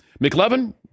McLevin